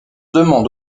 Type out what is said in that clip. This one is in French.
demande